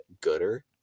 gooder